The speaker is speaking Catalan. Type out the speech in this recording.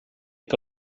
que